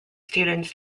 students